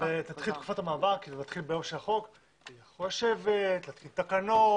ותתחיל תקופת המעבר אפשר לשבת ולהתקין תקנות